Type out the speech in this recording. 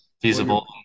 feasible